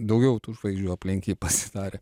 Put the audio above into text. daugiau tų žvaigždžių aplink jį pasidarė